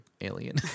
alien